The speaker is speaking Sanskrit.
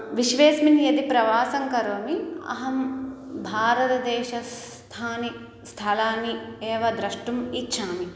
विश्वेऽस्मिन् यदि प्रवासङ्करोमि अहं भारतदेशस्थाने स्थलानि एव द्रष्टुम् इच्छामि